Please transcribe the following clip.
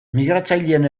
migratzaileen